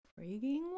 freaking